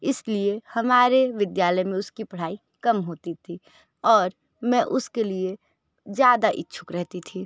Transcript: इसलिए हमारे विद्यालय में उसकी पढ़ाई कम होती थी और मैं उसके लिए ज़्यादा इच्छुक रहती थी